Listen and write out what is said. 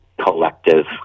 collective